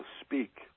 speak